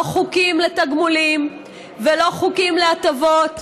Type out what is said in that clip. לא חוקים לתגמולים ולא חוקים להטבות,